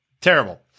Terrible